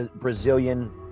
Brazilian